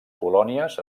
colònies